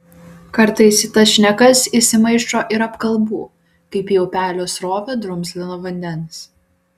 kartais į tas šnekas įsimaišo ir apkalbų kaip į upelio srovę drumzlino vandens